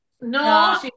No